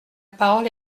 parole